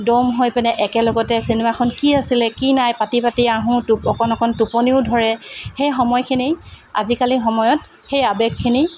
দম হৈ পেলাই একেলগতে চিনেমাখন কি আছিলে কি নাই পাতি পাতি আহোঁ অকণ অকণ টোপনিও ধৰে সেই সময়খিনি আজিকালি সময়ত সেই আবেগখিনি